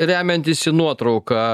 remiantis į nuotrauką